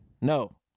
no